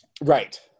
Right